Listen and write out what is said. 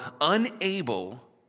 unable